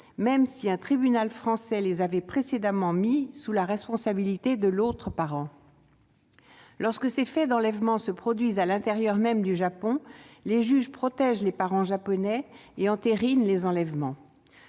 même si un tribunal français les avait précédemment placés sous la responsabilité de l'autre parent. Lorsque ces faits d'enlèvement se produisent à l'intérieur même du Japon, les juges protègent les parents japonais et entérinent les enlèvements.